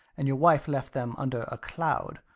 and your wife left them under a cloud.